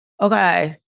Okay